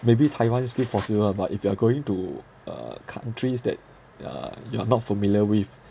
maybe taiwan still possible ah but if you are going to uh countries that uh you are not familiar with